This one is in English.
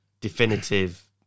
definitive